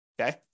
okay